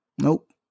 Nope